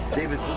David